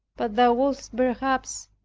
but thou wouldst perhaps,